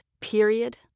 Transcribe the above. period